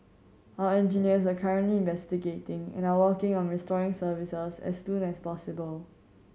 our engineers are currently investigating and are working on restoring services as soon as possible